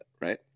right